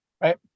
right